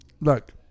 Look